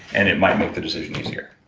and it might make the decision easier